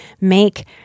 make